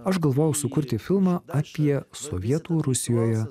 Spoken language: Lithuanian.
aš galvojau sukurti filmą apie sovietų rusijoje